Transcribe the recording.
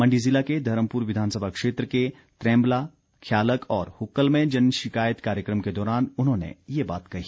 मंडी जिला के धर्मपुर विधानसभा क्षेत्र के त्रैम्बला खयालग और हुक्कल में जनशिकायत कार्यक्रम के दौरान उन्होंने ये बात कही